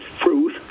truth